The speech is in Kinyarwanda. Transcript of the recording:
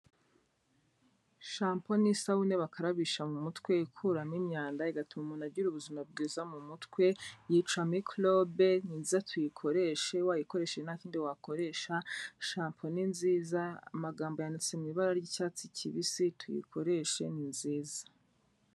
Shampo ni isabune bakarabisha mu mutwe ikuramo imyanda igatuma umuntu agira ubuzima bwiza mu mutwe, yica mikorobe ni nziza tuyikoreshe wayikoresheje ntakindi wakoresha, shampo ni nziza amagambo yanditse mu ibara ry'icyatsi kibisi tuyikoreshe ni nziza.